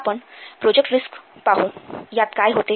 आपण project risk पाहू यात काय होते